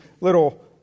little